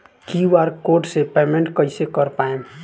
QR code से payment कईसे कर पाएम?